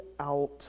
out